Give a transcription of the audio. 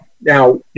Now